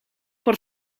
por